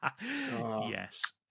Yes